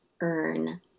earn